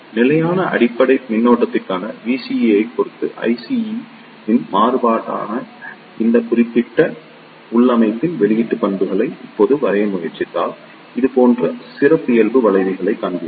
நிலையான அடிப்படை மின்னோட்டத்திற்கான VCE ஐப் பொறுத்து IC இன் மாறுபாடான இந்த குறிப்பிட்ட உள்ளமைவின் வெளியீட்டு பண்புகளை இப்போது வரைய முயற்சித்தால் இது போன்ற சிறப்பியல்பு வளைவுகளைக் காண்பீர்கள்